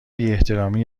بیاحترامی